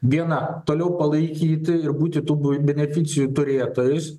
viena toliau palaikyti ir būti tų beneficijų turėtojais